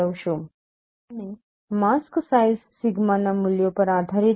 અને mask size સિગ્માના મૂલ્યો પર આધારિત છે